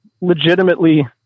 legitimately